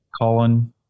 Colin